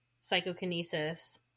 psychokinesis